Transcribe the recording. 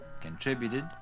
contributed